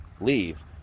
leave